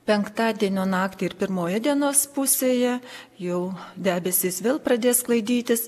penktadienio naktį ir pirmoje dienos pusėje jau debesys vėl pradės sklaidytis